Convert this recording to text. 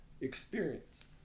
experience